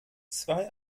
zwei